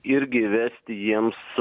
irgi įvesti jiems